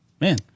man